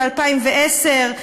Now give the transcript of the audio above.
ב-2010,